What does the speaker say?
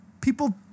People